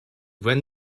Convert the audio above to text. when